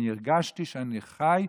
אני הרגשתי שאני חי,